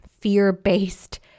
fear-based